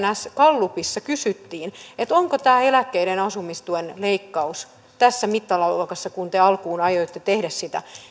tns gallupissa kysyttiin että onko tämä eläkeläisten asumistuen leikkaus tässä mittaluokassa kuin te alkuun aioitte tehdä sitä